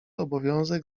obowiązek